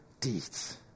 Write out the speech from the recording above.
deeds